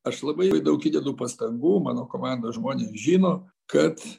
aš labai daug įdedu pastangų mano komanda žmonės žino kad